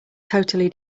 totally